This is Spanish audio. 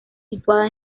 situada